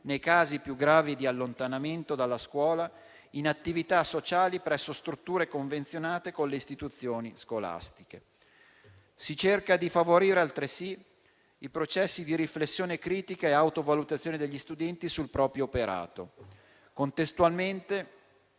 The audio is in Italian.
nei casi più gravi di allontanamento dalla scuola, in attività sociali presso strutture convenzionate con le istituzioni scolastiche. Si cerca di favorire altresì i processi di riflessione critica e autovalutazione degli studenti sul proprio operato. Contestualmente,